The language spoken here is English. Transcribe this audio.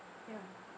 ya